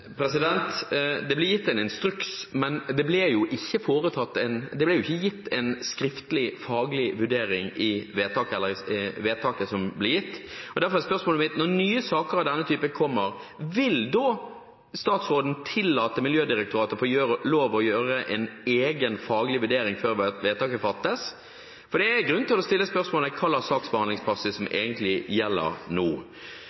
Det ble gitt en instruks, men det ble jo ikke gitt noen skriftlig, faglig vurdering i vedtaket. Derfor er spørsmålet mitt: Når nye saker av denne typen kommer, vil statsråden da tillate Miljødirektoratet å få gjøre en egen faglig vurdering før vedtaket fattes? For det er grunn til å stille spørsmål ved hva slags saksbehandlingspraksis som